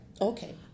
Okay